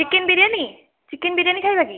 chicken biryani chicken biryani ଖାଇବା କି